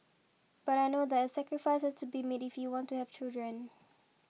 but I know that sacrifice has to be made if we want to have children